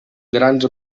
grans